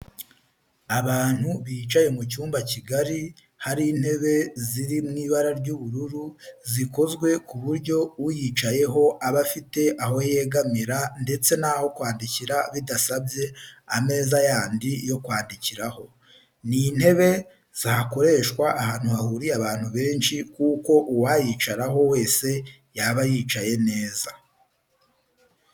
Abantu bicaye mu cyumba kigari, hari intebe ziri mu ibara ry'ubururu zikozwe ku buryo uyicayeho aba afite aho yegamira ndetse n'aho kwandikira bidasabye ameza yandi yo kwandikiraho. Ni intebe zakoreshwa ahantu hahuriye abantu benshi kuko uwayicaraho wese yaba yicaye neza.